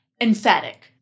emphatic